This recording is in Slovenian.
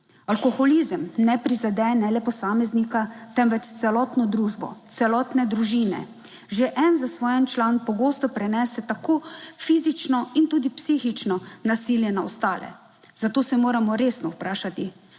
Alkoholizem ne prizadene le posameznika, temveč celotno družbo, celotne družine. Že en zasvojen član pogosto prenese tako fizično in tudi psihično nasilje na ostale, zato se moramo resno vprašati,